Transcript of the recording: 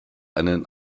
einen